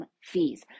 fees